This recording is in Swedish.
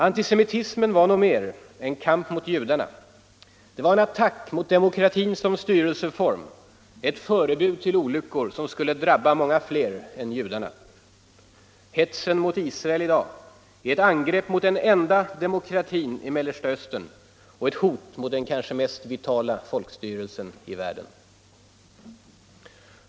Antisemitismen var något mer än kamp mot judarna: den var en attack mot demokratin som styrelseform, ett förebud till olyckor som skulle drabba många fler än judarna. Hetsen mot Israel i dag är ett angrepp mot den enda demokratin i Mellersta Östern och ett hot mot den kanske mest vitala folkstyrelsen i världen.